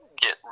get